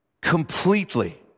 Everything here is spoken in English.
completely